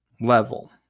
level